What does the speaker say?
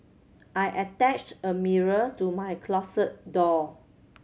I attached a mirror to my closet door